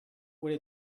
would